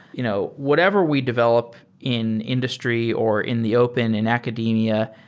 you know whatever we develop in industry, or in the open, in academia,